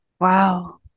wow